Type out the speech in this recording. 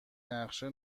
نقشه